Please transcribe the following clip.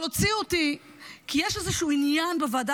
אבל הוציאו אותי כי יש איזשהו עניין בוועדה